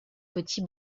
petit